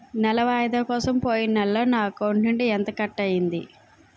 నెల వాయిదా కోసం పోయిన నెలలో నా అకౌంట్ నుండి ఎంత కట్ అయ్యింది?